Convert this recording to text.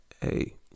hey